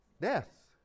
Death